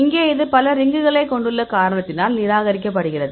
இங்கே இது பல ரிங்குகளைக் கொண்டுள்ள காரணத்தினால் நிராகரிக்கப்படுகிறது